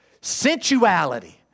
sensuality